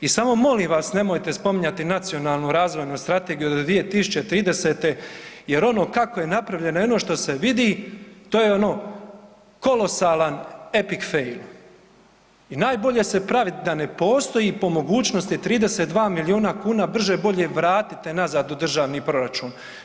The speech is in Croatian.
I samo molim vas nemojte spominjati Nacionalnu razvojnu strategiju do 2030. jer ono kako je napravljena, jedino što se vidi to je ono kolosalan Epik fejl i najbolje se pravit da ne postoji po mogućnosti 32 milijuna kuna brže bolje vratite nazad u državni proračun.